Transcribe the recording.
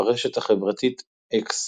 ברשת החברתית אקס